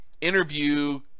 Interview